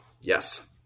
Yes